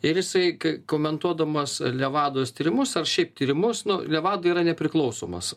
ir jisai kai komentuodamas levados tyrimus ar šiaip tyrimus nu levada yra nepriklausomas